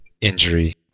injury